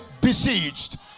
besieged